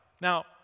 Now